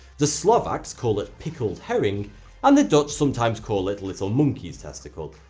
the slovaks call it pickled herring and the dutch sometimes call it little monkey's testicle.